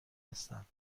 هستند